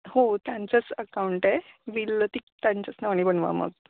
हो त्यांचंच अकाऊंट आहे विल ती त्यांच्याच नावाने बनवा मग